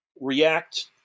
react